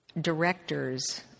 directors